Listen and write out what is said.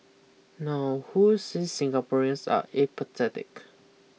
now who said Singaporeans are apathetic